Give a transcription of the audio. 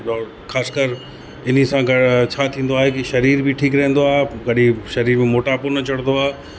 और ख़ासि कर इन सां गॾु छा थींदो आहे की शरीर बि ठीकु रहंदो आहे कॾहिं शरीर में मोटापो न चढ़ंदो आहे